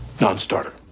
non-starter